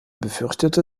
befürchtete